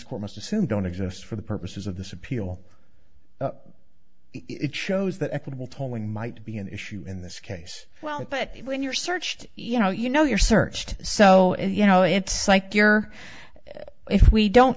court must assume don't exist for the purposes of this appeal it shows that equitable tolling might be an issue in this case well but when you're searched you know you know you're searched so you know it's like you're if we don't